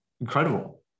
incredible